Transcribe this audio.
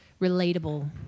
relatable